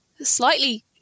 slightly